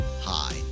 Hi